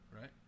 Right